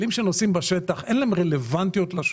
כלים שנוסעים בשטח, אין להם רלוונטיות לשוק,